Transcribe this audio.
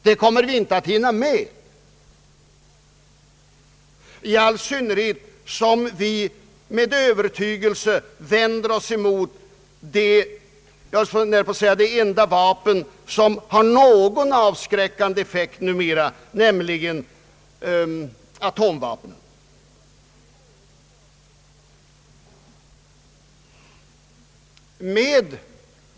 Det kommer vi inte att hinna med, i all synnerhet som vi med övertygelse vänder oss emot de enda vapen som har någon avskräckande effekt numera, nämligen atomvapnen.